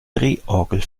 drehorgel